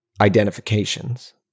identifications